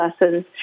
lessons